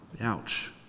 ouch